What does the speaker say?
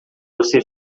você